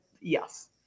Yes